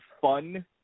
fun